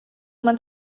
man